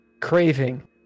Craving